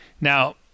now